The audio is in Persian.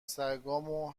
سگامو